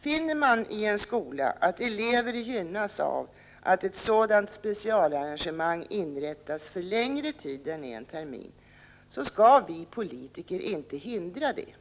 Finner mani en skola att elever gynnas av att ett sådant specialarrangemang inrättas för längre tid än en termin skall vi politiker inte hindra det.